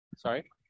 Sorry